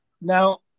Now